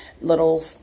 little